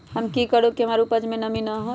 हम की करू की हमार उपज में नमी होए?